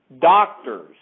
doctors